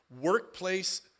workplace